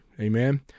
Amen